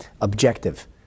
objective